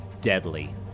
deadly